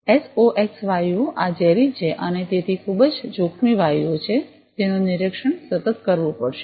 SOx વાયુઓ આ ઝેરી છે અને તેથી ખૂબ જ જોખમી વાયુઓ છે તેઓનું નિરીક્ષણ સતત કરવુંપડશે